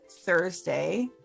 Thursday